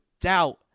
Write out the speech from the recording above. doubt